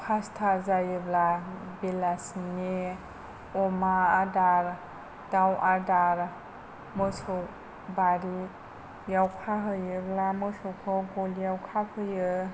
पासथा जायोब्ला बेलासिनि अमा आदार दाउ आदार मोसौ बारियाव खाहैयोब्ला मोसौखौ गलियाव खाफैयो